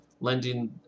lending